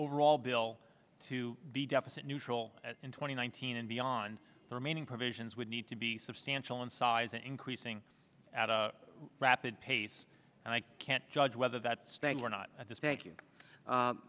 overall bill to be deficit neutral in twenty nineteen and beyond the remaining provisions would need to be substantial in size and increasing at a rapid pace and i can't judge whether that spangler not at this